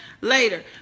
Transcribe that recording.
later